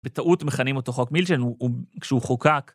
בטעות מכנים אותו חוק מילצ'ן, כשהוא חוקק.